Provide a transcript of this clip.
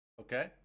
Okay